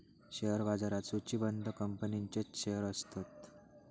share बाजारात सुचिबद्ध कंपनींचेच शेअर्स असतत